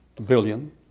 billion